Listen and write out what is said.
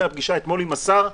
מהפגישה אתמול עם השר,